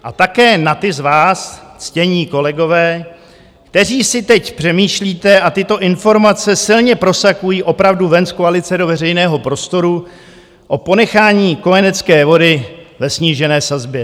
A také na ty z vás, ctění kolegové, kteří si teď přemýšlíte, a tyto informace silně prosakují opravdu ven z koalice do veřejného prostoru, o ponechání kojenecké vody ve snížené sazbě.